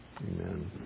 Amen